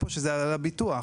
שהוא הביטוח.